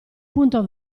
punto